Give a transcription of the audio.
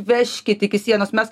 vežkit iki sienos mes